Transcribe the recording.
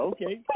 Okay